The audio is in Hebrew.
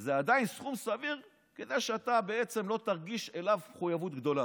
זה עדיין סכום סביר כדי שאתה לא תרגיש אליו מחויבות גדולה.